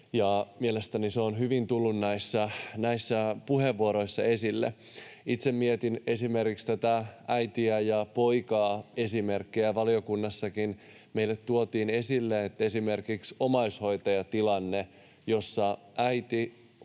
Mielestäni se on hyvin tullut näissä puheenvuoroissa esille. Itse mietin esimerkiksi tätä äitiä ja poikaa — valiokunnassakin meille tuotiin esille, että esimerkiksi omaishoitajatilanteessa, jossa äiti huolehtii